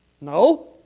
No